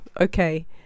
okay